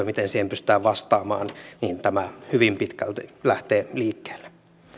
miten siihen pystytään vastaamaan tämä hyvin pitkälti lähtee liikkeelle